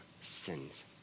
sins